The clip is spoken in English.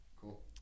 cool